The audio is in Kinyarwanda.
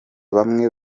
bamwe